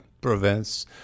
prevents